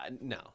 No